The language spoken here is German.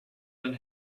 ein